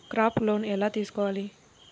Crop loan ఎలా తీసుకోవాలి?